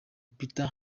peter